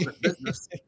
business